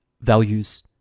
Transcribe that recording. Values